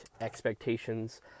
expectations